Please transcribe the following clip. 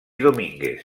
domínguez